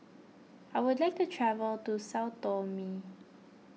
I would like to travel to Sao Tome